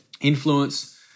influence